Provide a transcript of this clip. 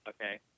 okay